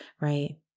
right